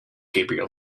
gabriel